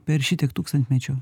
per šitiek tūkstantmečių